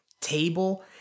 table